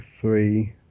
three